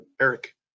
Eric